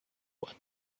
what